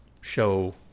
show